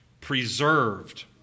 preserved